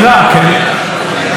היא מדברת שנים ארוכות,